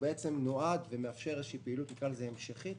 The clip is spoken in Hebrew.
שמאפשר איזו פעילות המשכית